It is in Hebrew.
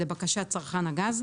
לבקשת צרכן הגז,